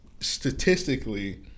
statistically